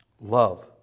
love